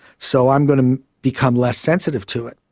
so i'm going to become less sensitive to it.